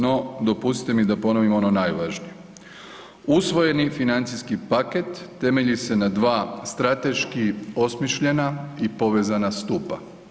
No dopustite mi da ponovim ono najvažnije, usvojeni financijski paket temelji se na dva strateški osmišljena i povezana stupa.